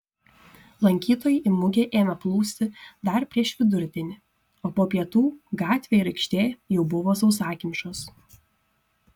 lankytojai į mugę ėmė plūsti dar prieš vidurdienį o po pietų gatvė ir aikštė jau buvo sausakimšos